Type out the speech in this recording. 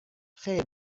خیر